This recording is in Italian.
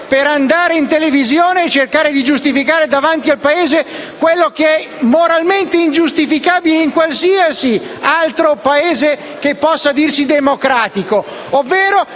per andare in televisione e cercare di giustificare davanti al Paese quanto è moralmente ingiustificabile in qualsiasi altro Paese che possa dirsi democratico: ovvero,